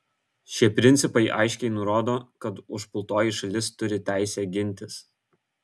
šie principai aiškiai nurodo kad užpultoji šalis turi teisę gintis